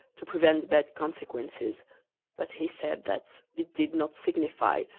to prevent bad consequences but he said that it did not signify,